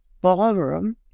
ballroom